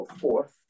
fourth